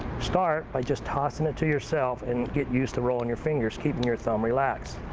start by just tossing it to yourself, and get used to rolling your fingers, keeping your thumb relaxed.